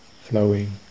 flowing